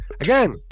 Again